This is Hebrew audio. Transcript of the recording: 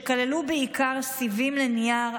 שכללו בעיקר סיבים לנייר,